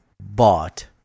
bought